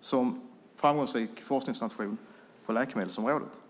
som framgångsrik forskningsnation på läkemedelsområdet.